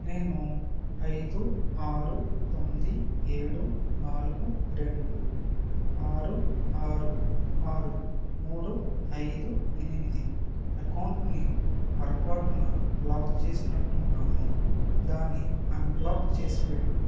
నేను ఐదు ఆరు తొమ్మిది ఏడు నాలుగు రెండు ఆరు ఆరు ఆరు మూడు ఐదు ఎనిమిది అకౌంటుని పొరపాటున బ్లాక్ చేసినట్టున్నాను దాన్ని అన్బ్లాక్ చేసిపెట్టు